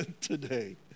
today